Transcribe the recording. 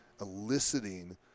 eliciting